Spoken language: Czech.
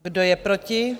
Kdo je proti?